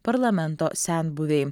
parlamento senbuviai